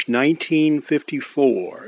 1954